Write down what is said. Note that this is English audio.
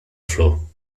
flow